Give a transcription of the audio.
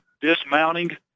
dismounting